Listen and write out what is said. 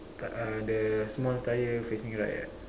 tak uh the small tyre facing right right